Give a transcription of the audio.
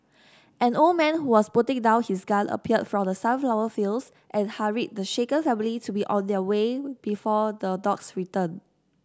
an old man who was putting down his gun appeared from the sunflower fields and hurried the shaken family to be on their way before the dogs return